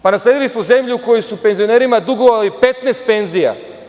Pa, nasledili smo zemlju u kojoj su penzionerima dugovali 15 penzija.